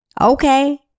Okay